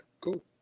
cool